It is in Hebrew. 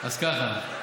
אז ככה: